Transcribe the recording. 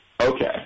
Okay